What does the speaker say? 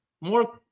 More